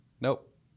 Nope